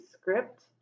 script